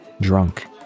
drunk